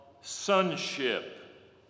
sonship